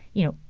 you know,